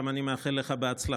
גם אני מאחל לך בהצלחה.